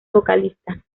vocalista